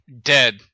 dead